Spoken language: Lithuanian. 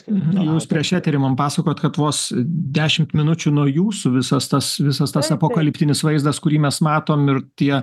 jūs prieš eterį man pasakojot kad vos dešimt minučių nuo jūsų visas tas visas tas apokaliptinis vaizdas kurį mes matom ir tie